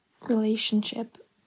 relationship